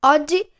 Oggi